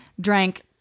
drank